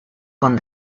con